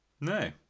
No